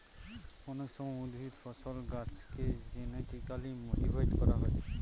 অনেক সময় উদ্ভিদ, ফসল, গাছেকে জেনেটিক্যালি মডিফাই করা হয়